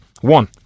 one